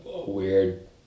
weird